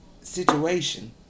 situation